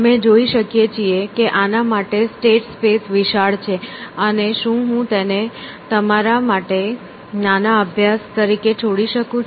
અમે જોઈ શકીએ છીએ કે આના માટે સ્ટેટ સ્પેસ વિશાળ છે અને શું હું તેને તમારા માટે નાના અભ્યાસ તરીકે છોડી શકું છું